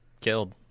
killed